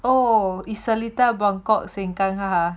oh is seletar buangkok sengkang